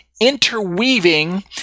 interweaving